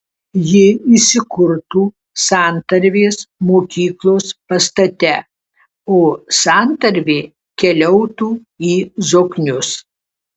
ji įsikurtų santarvės mokyklos pastate o santarvė keliautų į zoknius